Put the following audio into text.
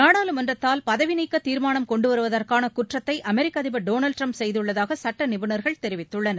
நாடாளுமன்றத்தால் பதவிநீக்க தீர்மானம் கொண்டுவருவதற்கான குற்றத்தை அமெரிக்க அதிபர் டொனால்டு ட்ரம்ப் செய்துள்ளதாக சட்ட நிபுணர்கள் தெரிவித்துள்ளனர்